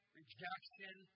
rejection